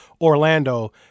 Orlando